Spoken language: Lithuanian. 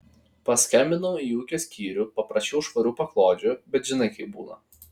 paskambinau į ūkio skyrių paprašiau švarių paklodžių bet žinai kaip būna